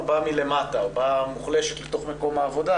באה מלמטה או באה מוחלשת לתוך מקום העבודה.